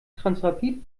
transrapid